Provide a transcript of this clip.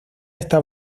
está